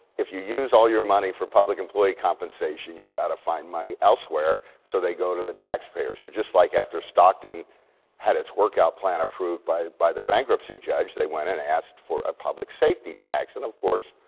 if you use all your money for public employee compensation, you got to find money elsewhere. so they go to the taxpayer. so just like after stockton had its workout plan approved approved by the bankruptcy judge, they went in and asked for a public safety tax and of course,